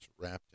wrapped